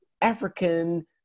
African